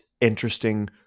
interesting